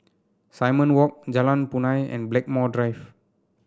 Simon Walk Jalan Punai and Blackmore Drive